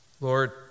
Lord